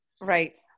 Right